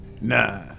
Nah